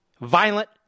violent